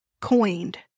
coined